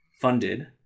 funded